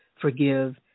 forgive